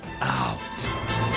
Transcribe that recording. out